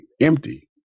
empty